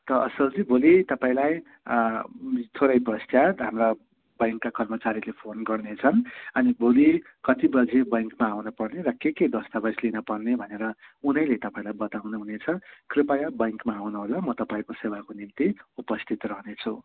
त असलजी भोलि तपाईँलाई थोरै पश्चात हाम्रा ब्याङ्कका कर्मचारीले फोन गर्नेछन् अनि भोलि कति बजी ब्याङ्कमा आउन पर्ने र के के दस्तावेज लिन पर्ने भनेर उनैले तपाईँलाई बताउनु हुनेछ कृपया ब्याङ्कमा आउनुहोला म तपाईँको सेवाको निम्ति उपस्थित रहनेछु